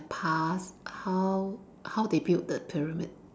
in the past how how they built the pyramid